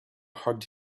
hugged